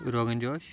rogan josh